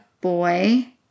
boy